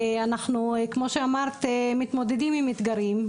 אנחנו כמו שאמרת, מתמודדים עם אתגרים.